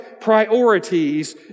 priorities